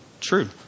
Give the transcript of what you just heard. True